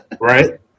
Right